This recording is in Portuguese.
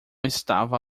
estava